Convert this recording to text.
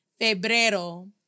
Febrero